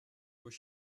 where